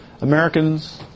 Americans